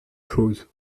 chose